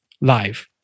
live